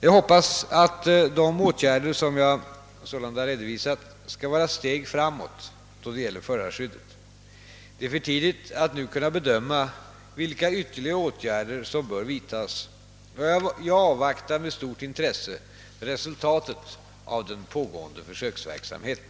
Jag hoppas att de åtgärder som jag redovisat skall vara steg framåt då det gäller förarskyddet. Det är för tidigt att nu kunna bedöma vilka ytterligare åtgärder som bör vidtas, och jag avvaktar med stort intresse resultatet av den pågående försöksverksamheten.